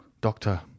doctor